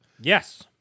Yes